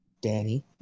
Danny